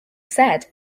said